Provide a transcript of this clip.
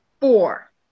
four